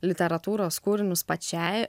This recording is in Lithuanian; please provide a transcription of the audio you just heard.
literatūros kūrinius pačiai